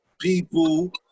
people